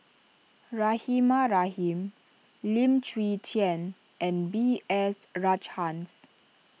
Rahimah Rahim Lim Chwee Chian and B S Rajhans